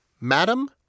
Madam